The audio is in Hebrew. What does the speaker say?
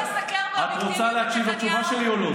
את רוצה להקשיב לי או לא?